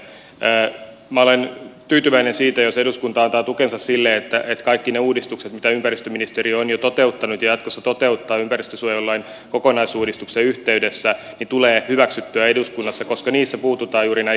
minä olen tyytyväinen jos eduskunta antaa tukensa sille että kaikki ne uudistukset mitä ympäristöministeriö on jo toteuttanut ja jatkossa toteuttaa ympäristönsuojelulain kokonaisuudistuksen yhteydessä tulevat hyväksytyiksi eduskunnassa koska niissä puututaan juuri näihin ongelmiin